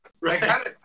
right